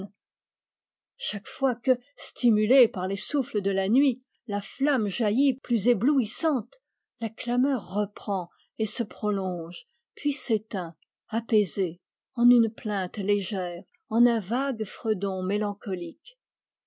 chaque fois que stimulée par les souffles de la nuit la flamme jaillit plus éblouissante la clameur reprend et se prolonge puis s'éteint apaisée en une plainte légère en un